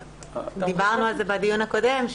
דיברנו על זה בדיון הקודם,